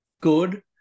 good